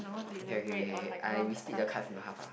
okay okay K K K I we split the card into half ah